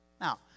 Now